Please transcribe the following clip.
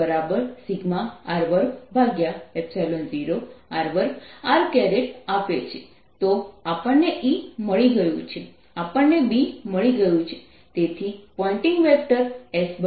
તો આપણને E મળી ગયું છે આપણને B મળી ગયું છે તેથી Poynting vector S 10 E× B છે